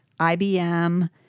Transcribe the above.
IBM